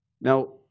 Now